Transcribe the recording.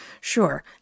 Sure